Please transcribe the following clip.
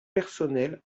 personnels